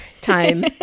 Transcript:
time